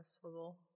swivel